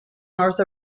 north